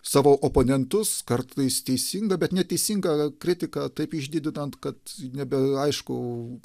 savo oponentus kartais teisinga bet neteisinga kritika taip išdidinant kad nebeaišku